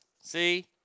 See